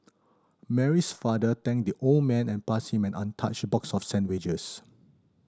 Mary's father thanked the old man and passed him an untouched box of sandwiches